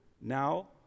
now